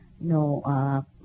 no